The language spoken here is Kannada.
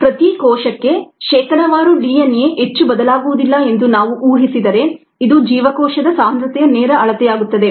ಮತ್ತು ಪ್ರತಿ ಕೋಶಕ್ಕೆ ಶೇಕಡಾವಾರು ಡಿಎನ್ಎ ಹೆಚ್ಚು ಬದಲಾಗುವುದಿಲ್ಲ ಎಂದು ನಾವು ಊಹಿಸಿದರೆ ಇದು ಜೀವಕೋಶದ ಸಾಂದ್ರತೆಯ ನೇರ ಅಳತೆಯಾಗುತ್ತದೆ